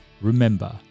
remember